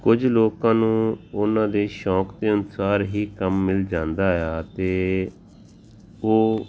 ਕੁਝ ਲੋਕਾਂ ਨੂੰ ਉਹਨਾਂ ਦੇ ਸ਼ੌਂਕ ਦੇ ਅਨੁਸਾਰ ਹੀ ਕੰਮ ਮਿਲ ਜਾਂਦਾ ਆ ਅਤੇ ਉਹ